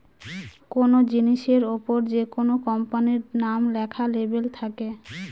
কোনো জিনিসের ওপর যেকোনো কোম্পানির নাম লেখা লেবেল থাকে